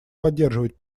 поддерживать